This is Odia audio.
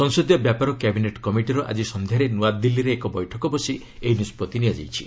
ସଂସଦୀୟ ବ୍ୟାପାର କ୍ୟାବିନେଟ୍ କମିଟିର ଆକି ସନ୍ଧ୍ୟାରେ ନ୍ତଆଦିଲ୍ଲୀରେ ଏକ ବୈଠକ ବସି ଏହି ନିଷ୍କଭି ନିଆଯାଇଛି